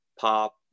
pop